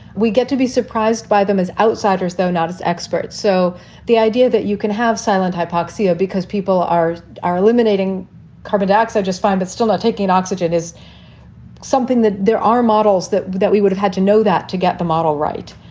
we get to be surprised by them as outsiders, though, not as experts. so the idea that you can have silent hypoxia because people are are eliminating carbon dioxide just fine, but still taking oxygen is something that there are models that that we would have had to know that to get the model right.